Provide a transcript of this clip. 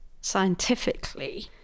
scientifically